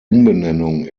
umbenennung